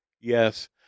yes